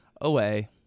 away